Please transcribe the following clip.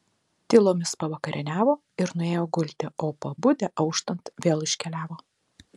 tylomis pavakarieniavo ir nuėjo gulti o pabudę auštant vėl iškeliavo